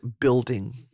building